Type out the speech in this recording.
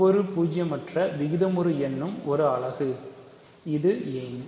ஒவ்வொரு பூஜ்ஜியமற்ற விகிதமுறு எண்ணும் ஒரு அலகு இது ஏன்